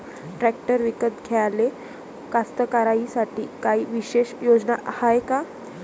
Tractor विकत घ्याले कास्तकाराइसाठी कायी विशेष योजना हाय का?